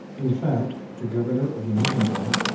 in fact, the governor or the intendant,